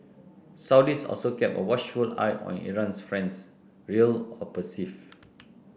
Saudis also kept a watchful eye on Iran's friends real or perceived